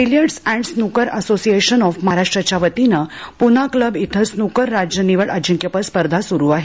billiards and snooker association of महाराष्ट्रच्या वतीनं Poona club इथं स्नुकर राज्य निवड अजिंक्यपद स्पर्धा सुरू आहे